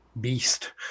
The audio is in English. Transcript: beast